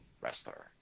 wrestler